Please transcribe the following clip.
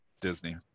Disney